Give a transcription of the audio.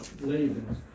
leaving